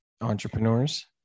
entrepreneurs